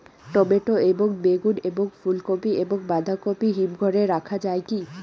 Tomato এবং বেগুন এবং ফুলকপি এবং বাঁধাকপি হিমঘরে রাখা যায় কি?